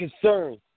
concerns